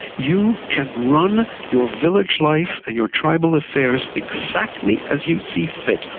you can run your village life and your tribal affairs exactly as you see fit.